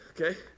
okay